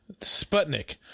Sputnik